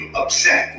upset